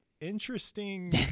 interesting